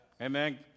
Amen